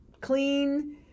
clean